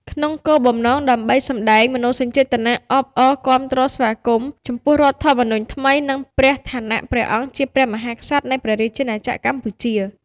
ក្នុងគោលបំណង ដើម្បីសម្តែងមនោសញ្ចេតនាអបអរគាំទ្រស្វាគមន៍ ចំពោះរដ្ឋធម្មនុញ្ញថ្មី និងព្រះឋានៈព្រះអង្គជា ព្រះមហាក្សត្រ នៃព្រះរាជាណាចក្រកម្ពុជា ។